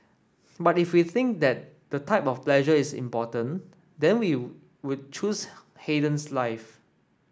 but if we think that the type of pleasure is important then we would choose Haydn's life